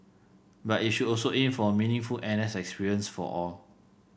but it should also aim for a meaningful N S experience for all